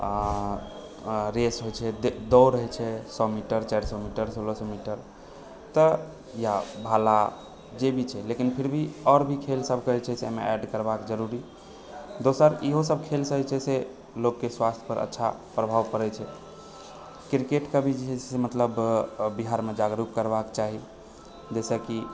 race होइत छै दौड़ होइ छै दू सए मीटर चारि सए मीटर सोलह सए मीटर तऽ या भाला जे भी छै लेकिन फिर भी आओर भी खेलसभ जे छै ऐड करबाकेँ जरुरी दोसर इहोसभ खेलसँ जे छै से लोककेँ स्वस्थ्य पर अच्छा प्रभाव पड़ैत छै क्रिकेटके भी जे छै से मतलब बिहारमे जागरूक करबाकेँ चाही जाहिसँ की